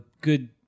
good